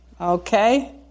Okay